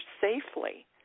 safely